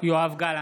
יואב גלנט,